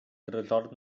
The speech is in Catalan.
tresors